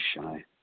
shy